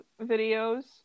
videos